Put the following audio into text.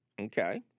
Okay